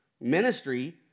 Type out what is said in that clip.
ministry